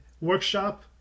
workshop